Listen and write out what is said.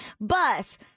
bus